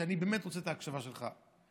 ואני באמת רוצה את ההקשבה שלך,